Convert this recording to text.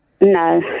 No